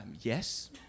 yes